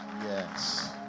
Yes